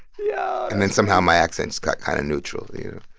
yeah and then somehow my accent just got kind of neutral, you know?